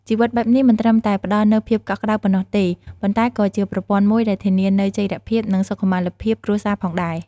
ជីវិតបែបនេះមិនត្រឹមតែផ្ដល់នូវភាពកក់ក្ដៅប៉ុណ្ណោះទេ ប៉ុន្តែក៏ជាប្រព័ន្ធមួយដែលធានានូវចីរភាព និងសុខុមាលភាពគ្រួសារផងដែរ។